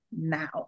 now